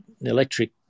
electric